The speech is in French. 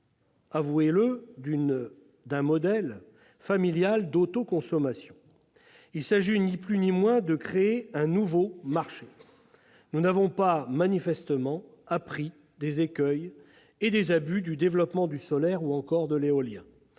avouez-le, d'un modèle familial d'autoconsommation ... Il s'agit ni plus ni moins que de créer un nouveau marché. Manifestement, nous n'avons pas appris des écueils et des abus du développement du solaire ou encore de l'éolien